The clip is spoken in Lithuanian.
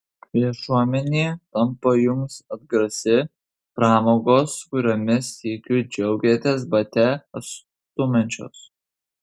viešuomenė tampa jums atgrasi pramogos kuriomis sykiu džiaugėtės bate atstumiančios